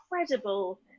incredible